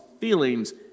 feelings